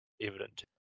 evident